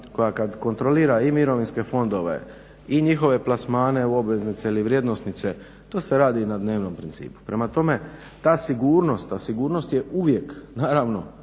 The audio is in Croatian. koja kada kontrolira i mirovinske fondove i njihove plasmane u obveznice ili vrijednosnice to se radi na dnevnom principu. Prema tome, ta sigurnost, ta sigurnost je uvijek naravno